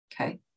Okay